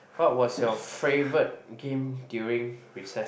what was your favorite game during recess